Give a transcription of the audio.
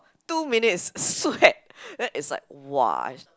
two minutes sweat then it's like !wah!